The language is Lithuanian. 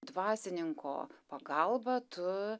dvasininko pagalba tu